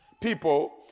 people